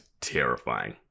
terrifying